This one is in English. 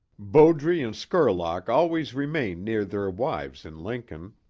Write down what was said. bowdre and skurlock always remained near their wives in lincoln,